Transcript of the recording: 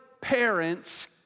parents